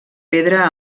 pedra